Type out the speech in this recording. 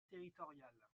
territoriale